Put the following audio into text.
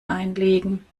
einlegen